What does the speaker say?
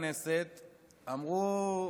הכנסת שדיברו פה אמרו: